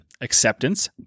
acceptance